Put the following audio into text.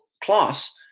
class